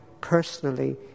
personally